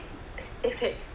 specific